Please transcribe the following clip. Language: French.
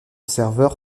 serveur